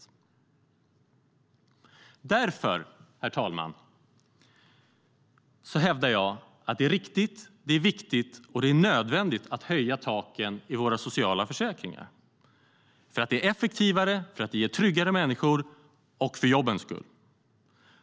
Därför, herr talman, hävdar jag att det är riktigt, viktigt och nödvändigt att höja taken i våra sociala försäkringar. Det är nämligen effektivare, det ger tryggare människor och det är bättre för jobbens skull.